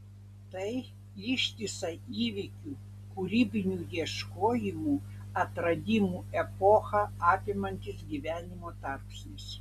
tai ištisą įvykių kūrybinių ieškojimų atradimų epochą apimantis gyvenimo tarpsnis